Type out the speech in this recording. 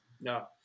No